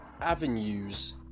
avenues